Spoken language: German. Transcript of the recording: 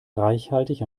reichhaltig